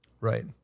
Right